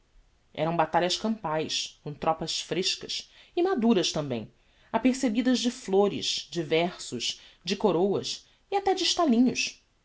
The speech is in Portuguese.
eram batalhas campaes com tropas frescas e maduras tambem apercebidas de flores de versos de coroas e até de estalinhos